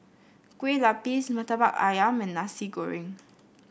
Kueh Lapis murtabak ayam and Nasi Goreng